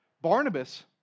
Barnabas